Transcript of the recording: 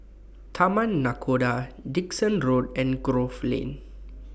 Taman Nakhoda Dickson Road and Grove Lane